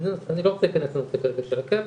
אני לא רוצה להיכנס כרגע לנושא של הקאפ.